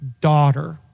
daughter